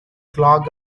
clog